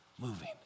moving